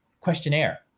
questionnaire